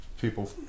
people